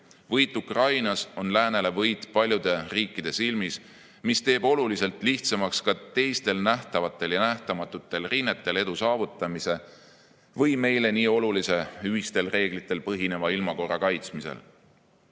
Võit Ukrainas on läänele võit paljude riikide silmis ning see teeb oluliselt lihtsamaks ka teistel nähtavatel ja nähtamatutel rinnetel edu saavutamise või meile nii olulise ühistel reeglitel põhineva ilmakorra kaitsmise. Samal